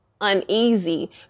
uneasy